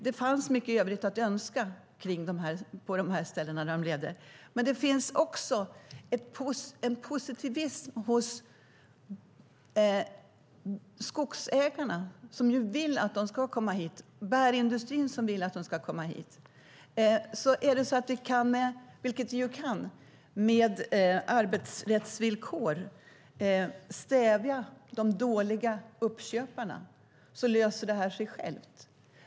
Det fanns mycket övrigt att önska på de ställen där de levde. Men det finns också något positivt hos skogsägarna, som vill att de ska komma hit, och bärindustrin, som vill att de ska komma hit. Är det så att vi kan, vilket vi kan, med arbetsrättsvillkor stävja det här med de dåliga uppköparna löser det sig självt.